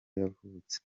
yavutse